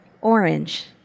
orange